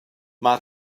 mae